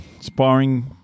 sparring